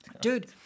Dude